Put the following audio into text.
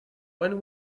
when